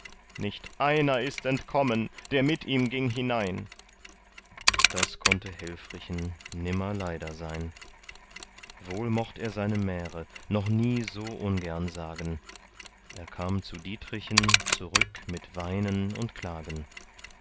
nicht einer ist entkommen der mit ihm ging hinein das konnte helfrichen nimmer leider sein wohl mocht er seine märe noch nie so ungern sagen er kam zu dietrichen zurück mit weinen und klagen